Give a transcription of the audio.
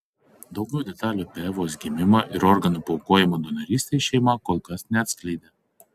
daugiau detalių apie evos gimimą ir organų paaukojimą donorystei šeima kol kas neatskleidė